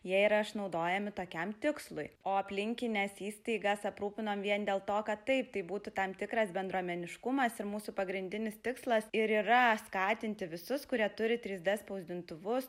jie yra išnaudojami tokiam tikslui o aplinkines įstaigas aprūpinam vien dėl to kad taip tai būtų tam tikras bendruomeniškumas ir mūsų pagrindinis tikslas ir yra skatinti visus kurie turi trys d spausdintuvus